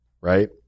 right